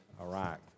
Iraq